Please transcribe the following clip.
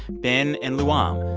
ben and luam,